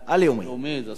זה: יום הסטודנט הלאומי.